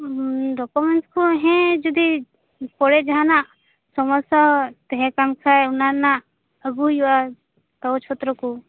documents ᱠᱚ ᱦᱮᱸ ᱡᱩᱫᱤ ᱠᱚᱭᱮ ᱡᱟᱦᱟᱱᱟᱜ ᱥᱚᱢᱚᱥᱥᱟ ᱛᱮᱦᱮᱸ ᱠᱟᱱ ᱠᱷᱟᱡ ᱚᱱᱟ ᱨᱮᱱᱟᱜ ᱟᱹᱜᱩ ᱦᱩᱭᱩᱜᱼᱟ ᱠᱟᱜᱚᱡ ᱯᱚᱛᱨᱚ ᱠᱚ